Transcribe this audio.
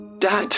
Dad